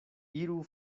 iru